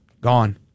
gone